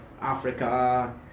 Africa